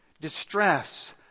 distress